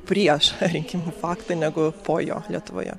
prieš rinkimų faktą negu po jo lietuvoje